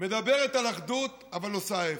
מדברת על אחדות, אבל עושה ההפך.